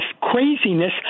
craziness